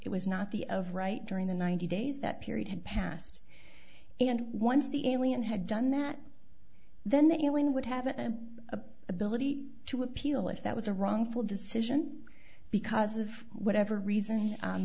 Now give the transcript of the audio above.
it was not the of right during the ninety days that period had passed and once the alien had done that then that healing would have an ability to appeal if that was a wrongful decision because of whatever reason